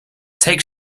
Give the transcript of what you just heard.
take